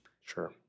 Sure